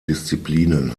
disziplinen